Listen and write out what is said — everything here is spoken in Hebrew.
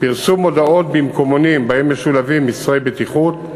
פרסום מודעות במקומונים שבהן משולבים מסרי בטיחות,